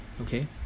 Okay